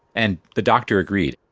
and the doctor agreed,